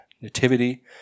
nativity